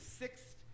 sixth